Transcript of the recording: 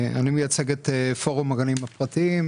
אני מייצג את פורום הגנים הפרטיים.